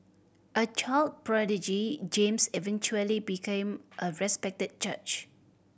a child prodigy James eventually became a respected judge